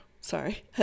sorry